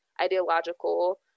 ideological